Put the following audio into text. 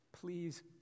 Please